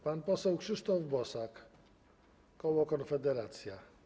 Pan poseł Krzysztof Bosak, koło Konfederacja.